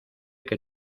que